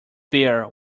beer